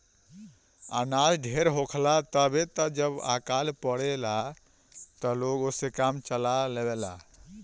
अनाज ढेर होखेला तबे त जब अकाल पड़ जाला त लोग ओसे काम चला लेवेला